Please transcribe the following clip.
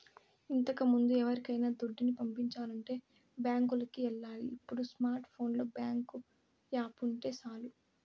ఇంతకముందు ఎవరికైనా దుడ్డుని పంపించాలంటే బ్యాంకులికి ఎల్లాలి ఇప్పుడు స్మార్ట్ ఫోనులో బ్యేంకు యాపుంటే సాలు